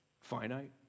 Finite